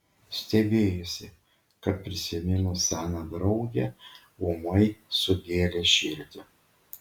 stebėjosi kad prisiminus seną draugę ūmai sugėlė širdį